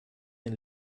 ihn